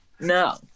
No